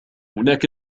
هناك